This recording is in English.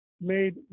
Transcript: made